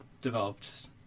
developed